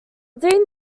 dean